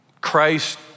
Christ